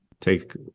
take